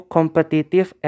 Competitive